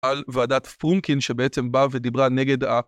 על ועדת פרומקין שבעצם באה ודיברה נגד ה...